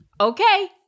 Okay